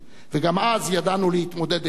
וגם אז ידענו להתמודד היטב.